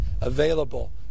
available